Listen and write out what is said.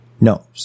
No